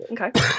okay